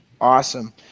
Awesome